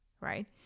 right